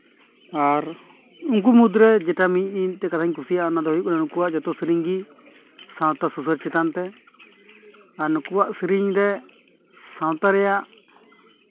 ᱟᱨ ᱩᱱᱠᱩ ᱢᱩᱫᱽᱨᱮ ᱡᱮᱴᱟ ᱢᱤᱫᱴᱮᱱ ᱠᱟᱛᱷᱟᱧ ᱠᱩᱥᱤᱭᱟᱜᱼᱟ ᱚᱱᱟ ᱫᱚ ᱦᱩᱭᱩᱜ ᱠᱟᱱᱟ ᱩᱱᱠᱩᱣᱟᱜ ᱡᱚᱛᱚ ᱥᱮᱨᱮᱧ ᱜᱮ ᱥᱟᱶᱛᱟ ᱥᱩᱥᱟᱹᱨ ᱪᱮᱛᱟᱱ ᱛᱮ ᱟᱨ ᱱᱩᱠᱩᱣᱟᱜ ᱥᱮᱨᱮᱧ ᱨᱮ ᱥᱟᱶᱛᱟ ᱨᱮᱭᱟᱜ